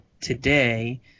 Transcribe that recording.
today